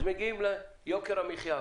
אז מגיעים ליוקר המחיה,